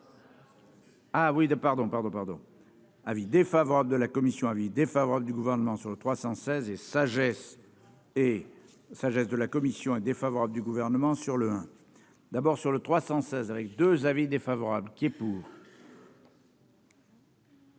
Ah oui, pardon, pardon, pardon. Avis défavorable de la commission avis défavorable du gouvernement sur le 316 et sagesse et sagesse de la commission est défavorable du gouvernement sur le hein. D'abord sur le 316 avec 2 avis défavorable qui est pour.